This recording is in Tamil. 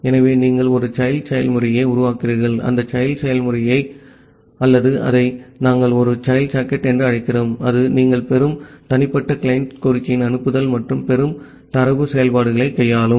ஆகவே நீங்கள் ஒரு child செயல்முறையை உருவாக்குகிறீர்கள் அந்த child செயல்முறை அல்லது அதை நாங்கள் ஒரு child சாக்கெட் என்று அழைக்கிறோம் இது நீங்கள் பெறும் தனிப்பட்ட கிளையன்ட் கோரிக்கையின் அனுப்புதல் மற்றும் பெறும் தரவு செயல்பாடுகளை கையாளும்